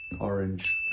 orange